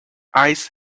eyes